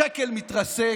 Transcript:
השקל מתרסק,